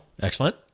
Excellent